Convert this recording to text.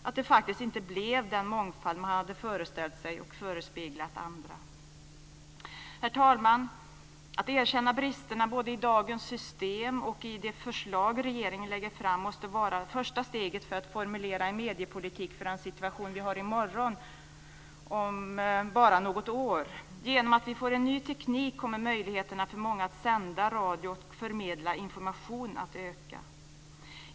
Det blev faktiskt inte den mångfald man hade föreställt sig och förespeglat andra. Herr talman! Att erkänna bristerna både i dagens system och i det förslag som regeringen lägger fram måste vara första steget för att utforma en mediepolitik för den situation som vi har i morgon - eller om bara något år. Genom att vi får ny teknik kommer möjligheterna för många att sända radio och förmedla information att öka.